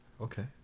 okay